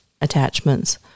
attachments